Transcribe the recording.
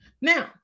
Now